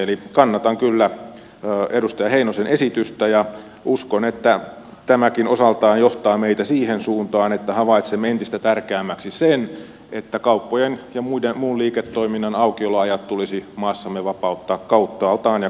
eli kannatan kyllä edustaja heinosen esitystä ja uskon että tämäkin osaltaan johtaa meitä siihen suuntaan että havaitsemme entistä tärkeämmäksi sen että kauppojen ja muun liiketoiminnan aukioloajat tulisi maassamme vapauttaa kauttaaltaan ja kokonaisuudessaan